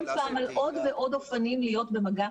פעם על עוד ועוד אופנים להיות במגע.